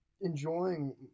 Enjoying